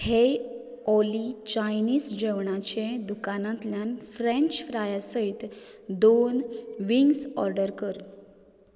हेय Ollie Chinese जेवणाचे दुकानांतल्यान फ्रँच फ्राया सयत दोन विंग्स ऑडर कर